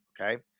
Okay